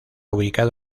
ubicado